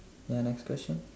ya next question